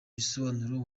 bisobanuro